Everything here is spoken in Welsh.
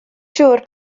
siŵr